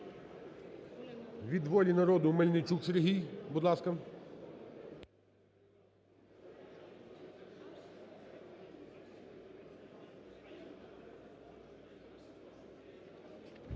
Від "Волі народу" – Мельничук Сергій. Будь ласка.